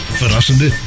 verrassende